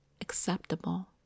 acceptable